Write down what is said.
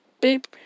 Beep